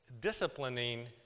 Disciplining